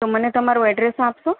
તો મને તમારું એડ્રેસ આપશો